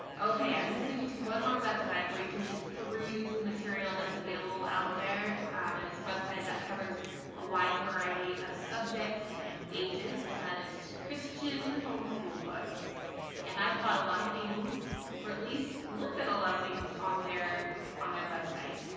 okay i'm gonna send you to one more website where you can just peruse the material that's available out there um and its website that covers a wide variety of subjects and ages and that is christian homeschool books and i've bought a lot of things or at least looked at a lot of things on their on their website.